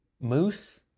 moose